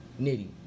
nitty